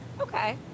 Okay